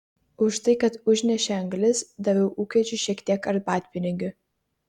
už tai kad užnešė anglis daviau ūkvedžiui šiek tiek arbatpinigių